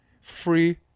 free